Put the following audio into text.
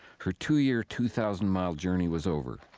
her two-year, two thousand mile journey was over.